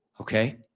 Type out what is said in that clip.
Okay